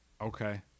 Okay